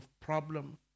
problem